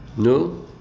No